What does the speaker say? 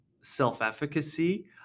self-efficacy